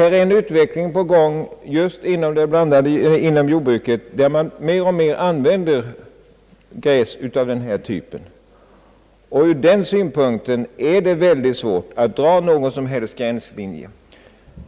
En utveckling är på gång inom jordbruket att mer använda gräs av denna typ. Därför är det svårt att dra någon som helst gränslinje.